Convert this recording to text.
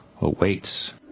awaits